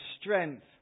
strength